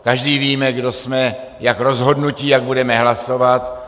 Každý víme, kdo jsme, jak rozhodnuti, jak budeme hlasovat.